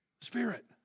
Spirit